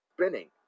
spinning